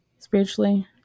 Spiritually